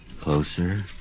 Closer